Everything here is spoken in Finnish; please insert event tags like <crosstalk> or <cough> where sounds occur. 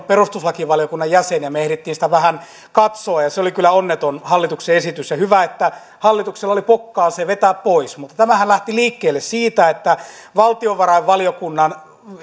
<unintelligible> perustuslakivaliokunnan jäsen ja ehdimme sitä vähän katsoa se oli kyllä onneton hallituksen esitys ja hyvä että hallituksella oli pokkaa se vetää pois mutta tämähän lähti liikkeelle siitä että valtiovarainvaliokunnan